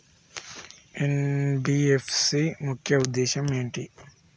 NBFC ముఖ్య ఉద్దేశం ఏంటి?